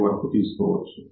2 వరకు తీసుకోవచ్చు